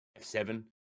F7